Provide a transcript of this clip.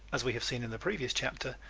as we have seen in the previous chapter,